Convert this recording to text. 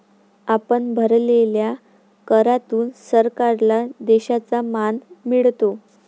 आपण भरलेल्या करातून सरकारला देशाचा मान मिळतो